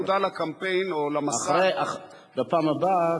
בפעם הבאה,